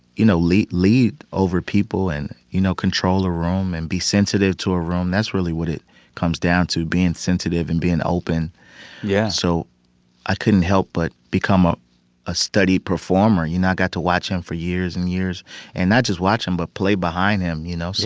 you know, lead lead over people and, you know, control a room and be sensitive to a room, that's really what it comes down to being sensitive and being open yeah so i couldn't help but become ah a studied performer. you know, i got to watch him for years and years and not just watch him but play behind him, you know?